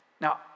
Now